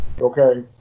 Okay